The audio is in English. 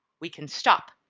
we can stop,